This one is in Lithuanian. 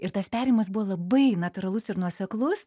ir tas perėjimas buvo labai natūralus ir nuoseklus